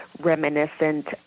reminiscent